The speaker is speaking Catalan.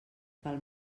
pel